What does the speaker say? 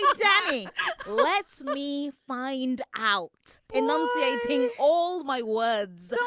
so danny lets me find out enunciating all my words. um